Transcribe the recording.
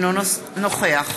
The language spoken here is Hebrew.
אינו נוכח